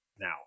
now